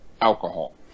alcohol